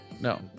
no